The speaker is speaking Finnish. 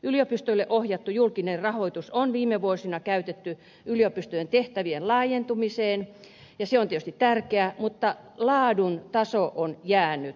yliopistoille ohjattu julkinen rahoitus on viime vuosina käytetty yliopistojen tehtävien laajentumiseen ja se on tietysti tärkeää mutta laadun taso on jäänyt vähemmälle